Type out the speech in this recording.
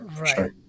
Right